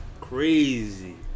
crazy